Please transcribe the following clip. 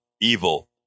evil